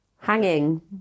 Hanging